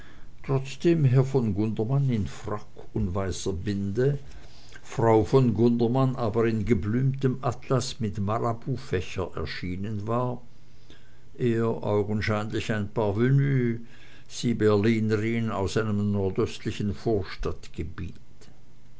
trotzdem herr von gundermann in frack und weißer binde frau von gundermann aber in geblümtem atlas mit marabufächer erschienen war er augenscheinlich parvenu sie berlinerin aus einem nordöstlichen vorstadtgebiet